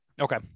okay